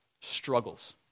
struggles